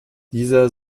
dieser